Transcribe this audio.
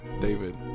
David